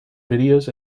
videos